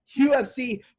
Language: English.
UFC